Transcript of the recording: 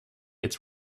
its